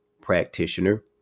practitioner